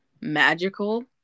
magical